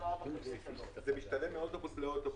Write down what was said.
זה משתנה מאוטובוס לאוטובוס.